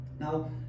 now